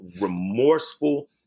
remorseful